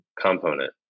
component